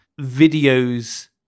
videos